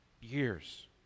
years